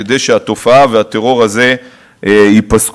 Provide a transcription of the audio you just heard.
כדי שהתופעה והטרור הזה ייפסקו.